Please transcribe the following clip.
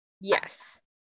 yes